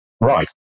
Right